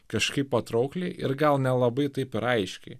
kažkaip patraukliai ir gal nelabai taip ir aiškiai